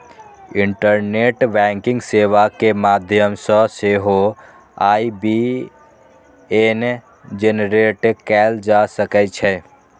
internet banking सेवा के माध्यम सं सेहो आई.बी.ए.एन जेनरेट कैल जा सकै छै